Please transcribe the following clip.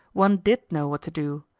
one did know what to do.